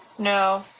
no.